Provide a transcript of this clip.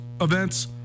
events